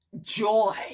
joy